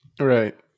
Right